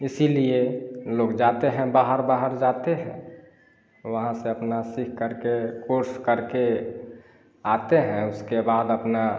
इसीलिए लोग जाते हैं बाहर बाहर जाते हैं वहाँ से अपना सीखकर के कोर्स करके आते हैं उसके बाद अपना